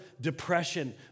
depression